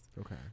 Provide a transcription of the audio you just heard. Okay